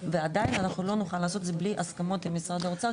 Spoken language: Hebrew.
ועדין אנחנו לא נוכל לעשות את זה בלי הסכמות עם משרד האוצר.